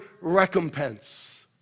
recompense